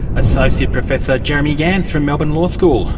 associate professor jeremy gans from melbourne law school.